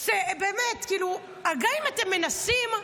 גם אם אתם מנסים,